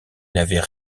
n’avaient